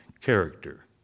character